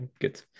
good